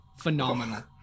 Phenomenal